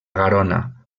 garona